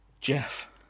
Jeff